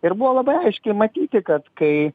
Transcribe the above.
ir buvo labai aiškiai matyti kad kai